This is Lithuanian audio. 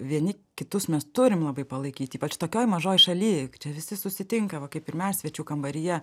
vieni kitus mes turim labai palaikyt ypač tokioj mažoj šaly čia visi susitinkam va kaip ir mes svečių kambaryje